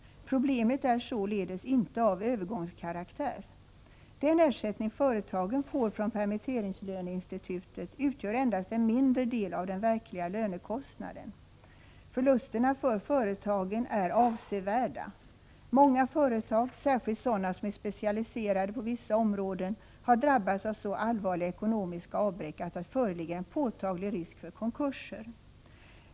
Problemet är således inte av övergångskaraktär. Den ersättning företagen får från permitteringslöneinstitutet utgör endast en mindre del av den verkliga lönekostnaden. Förlusterna för företagen är avsevärda. Många företag, särskilt sådana som är specialiserade på vissa områden, har drabbats av så allvarliga ekonomiska avbräck att det föreligger en påtaglig risk för konkurser.